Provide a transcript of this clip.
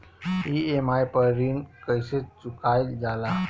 EMI पर ऋण कईसे चुकाईल जाला?